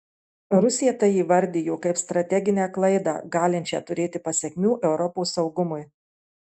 rusija tai įvardijo kaip strateginę klaidą galinčią turėti pasekmių europos saugumui